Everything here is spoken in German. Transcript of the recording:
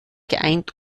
geeint